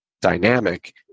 dynamic